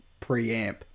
preamp